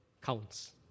counts